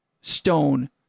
stone